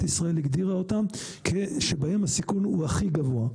ישראל הגדירה אותן שבהן הסיכון הוא הכי גבוה.